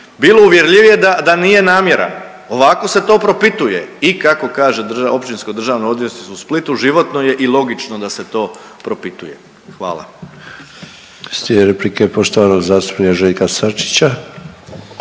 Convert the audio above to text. bilo uvjerljivije da nije namjera, ovako se to propituje. I kako kaže Općinsko državno odvjetništvo u Splitu, životno je i logično da se to propituje. Hvala.